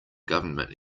government